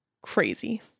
Crazy